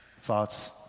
thoughts